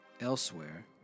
Elsewhere